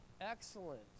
excellent